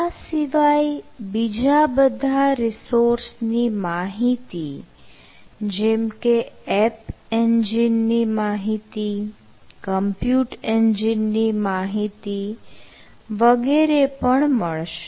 આ સિવાય બીજા બધા રિસોર્સ ની માહિતી જેમકે એપ એન્જિન ની માહિતી કમ્પ્યુટ એન્જિન ની માહિતી વગેરે પણ મળશે